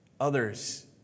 others